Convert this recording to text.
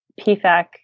PFAC